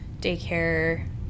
daycare